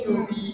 mm